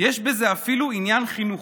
יש בזה אפילו עניין חינוכי.